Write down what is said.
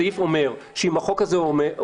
הסעיף אומר שאם החוק הזה עובר,